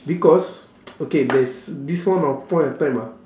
because okay there's this one of point of time ah